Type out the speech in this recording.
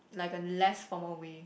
like a less formal way